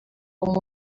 com